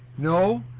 no.